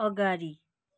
अगाडि